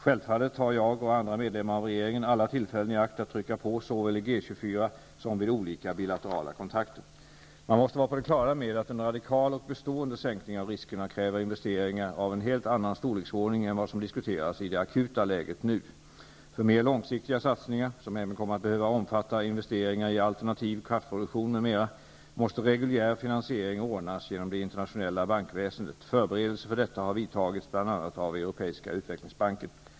Självfallet tar jag och andra medlemmar av regeringen alla tillfällen i akt att trycka på såväl i G-24 som vid olika bilaterala kontakter. Man måste vara på det klara med att en radikal och bestående sänkning av riskerna kräver investeringar av en helt annan storleksordning än vad som diskuteras i det akuta läget nu. För mer långsiktiga satsningar -- som även kommer att behöva omfatta investeringar i alternativ kraftproduktion m.m. -- måste reguljär finansiering ordnas genom det internationella bankväsendet. Förberedelser för detta har vidtagits, bl.a. av europeiska utvecklingsbanken.